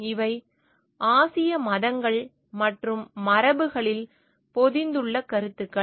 இவை ஆசிய மதங்கள் மற்றும் மரபுகளில் பொதிந்துள்ள கருத்துக்கள்